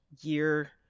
year